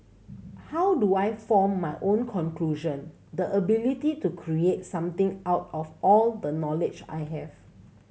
how do I form my own conclusion the ability to create something out of all the knowledge I have